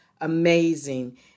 amazing